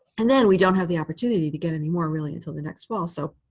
and then we don't have the opportunity to get any more, really, until the next fall. so